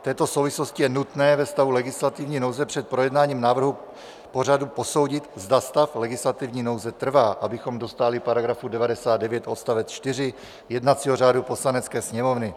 V této souvislosti je nutné ve stavu legislativní nouze před projednáním návrhu pořadu posoudit, zda stav legislativní nouze trvá, abychom dostáli § 99 odst. 4 jednacího řádu Poslanecké sněmovny.